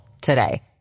today